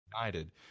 united